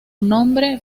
nombre